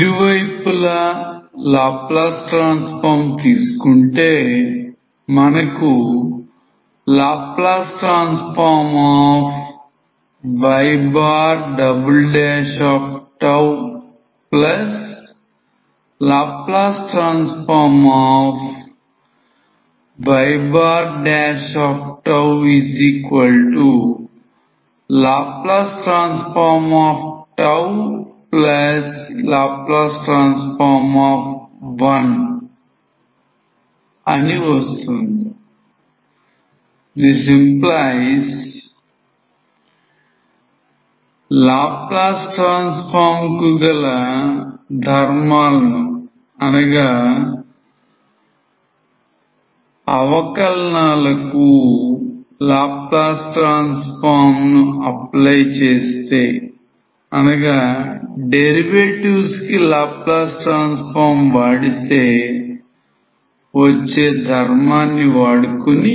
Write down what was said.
ఇరువైపులా Laplace transform తీసుకుంటే మనకు LyLyLL1 s2Ly sy0 y0sLy y01s21sఅని వస్తుంది